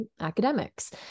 academics